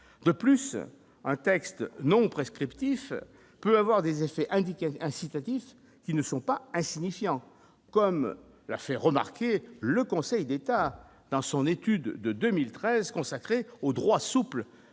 de plus un texte non prescrits petit peut avoir des effets indiquait incitatif, qui ne sont pas insignifiants, comme l'a fait remarquer le Conseil d'État dans son étude de 2013 au droit souple